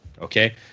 okay